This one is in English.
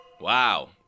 Wow